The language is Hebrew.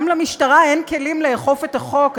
גם למשטרה אין כלים לאכוף את החוק.